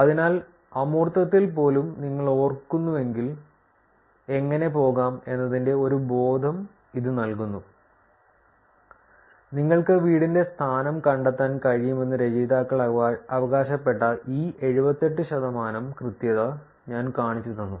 അതിനാൽ അമൂർത്തത്തിൽ പോലും നിങ്ങൾ ഓർക്കുന്നുവെങ്കിൽ എങ്ങനെ പോകാം എന്നതിന്റെ ഒരു ബോധം ഇത് നൽകുന്നു നിങ്ങൾക്ക് വീടിന്റെ സ്ഥാനം കണ്ടെത്താൻ കഴിയുമെന്ന് രചയിതാക്കൾ അവകാശപ്പെട്ട ഈ 78 ശതമാനം കൃത്യത ഞാൻ കാണിച്ചുതന്നു